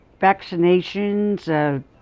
vaccinations